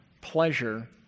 pleasure